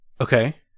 Okay